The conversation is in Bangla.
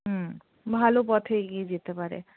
হুম ভালো পথে এগিয়ে যেতে পারে